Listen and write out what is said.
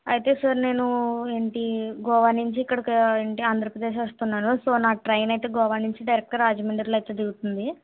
అయితే సార్ నేను ఏంటి గోవా నుంచి ఇక్కడికి ఏంటి ఆంధ్రప్రదేశ్ వస్తున్నాను సో నాకు ట్రైన్ గోవా నుంచి డైరెక్ట్గా రాజమండ్రిలో అయితే దిగుతుంది